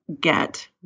get